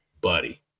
buddy